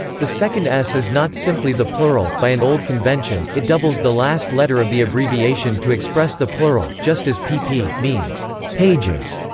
the second s is not simply the plural by an old convention, convention, it doubles the last letter of the abbreviation to express the plural, just as pp. means pages.